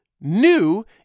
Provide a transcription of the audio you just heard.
new